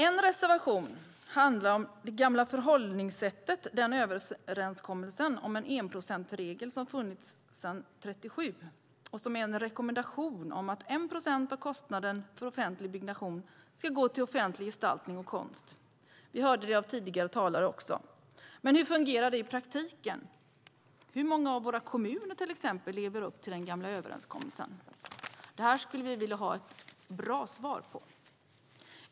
En reservation handlar om det gamla förhållningssättet, den överenskommelse om en enprocentsregel som funnits sedan 1937 och som är en rekommendation om att 1 procent av kostnaden för offentlig byggnation ska gå till offentlig gestaltning och konst. Vi hörde det av tidigare talare också. Men hur fungerar det i praktiken? Hur många av våra kommuner, till exempel, lever upp till den gamla överenskommelsen? Det här skulle vi vilja ha ett bra svar på.